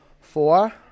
Four